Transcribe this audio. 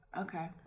Okay